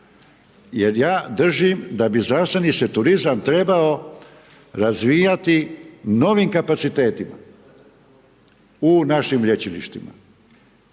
jer ja držim da bi zdravstveni se turizam trebao razvijati novim kapacitetima u našim lječilištima.